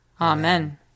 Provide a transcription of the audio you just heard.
Amen